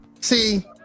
See